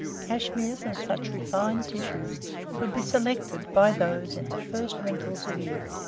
cashmeres, and such refined tissues should be selected by those in the first wrinkles of youth.